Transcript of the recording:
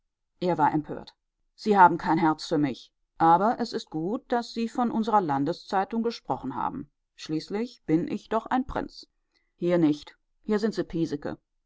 er war empört sie haben kein herz für mich aber es ist gut daß sie von unserer landeszeitung gesprochen haben schließlich bin ich doch ein prinz hier nicht hier sind sie